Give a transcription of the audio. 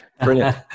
Brilliant